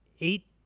eight